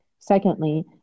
Secondly